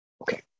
Okay